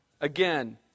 again